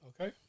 okay